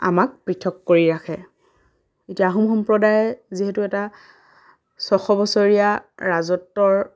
আমাক পৃথক কৰি ৰাখে এতিয়া আহোম সম্প্ৰদায় যিহেতু এটা ছশ বছৰীয়া ৰাজত্বৰ